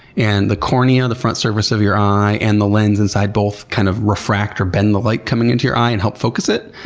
and the cornea, the front surface of your eye, and the lens inside they both kind of refract, or bend the light coming into your eye, and help focus it.